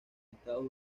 estados